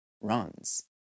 runs